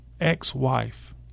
ex-wife